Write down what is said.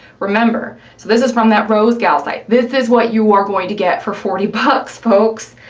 remember, so this is from that rosegal site, this is what you are going to get for forty bucks, folks.